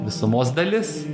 visumos dalis